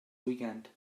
weekend